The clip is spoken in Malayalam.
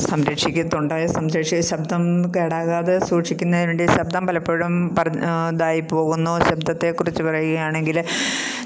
സംരക്ഷിക്ക് തൊണ്ടയെ സംരക്ഷി ശബ്ദം കേടാകാതെ സൂക്ഷിക്കുന്നതിന് വേണ്ടി ശബ്ദം പലപ്പോഴും പറഞ് ഇതായി പോകുന്നു ശബ്ദത്തെക്കുറിച്ച് പറയുകയാണെങ്കിൽ